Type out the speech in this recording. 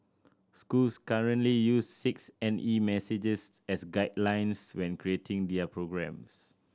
schools currently use six N E messages as guidelines when creating their programmes